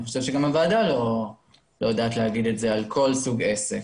אני חושב שגם הוועדה לא יודעת לומר את זה על כל סוג עסק.